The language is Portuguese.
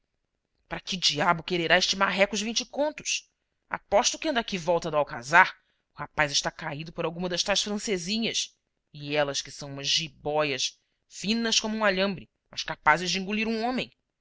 para que diabo quererá este marreco os vinte contos aposto que anda aqui volta do alcazar o rapaz está caído por alguma das tais francesinhas e elas que são umas jibóias finas como um alhambre mas capazes de engolir um homem